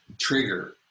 trigger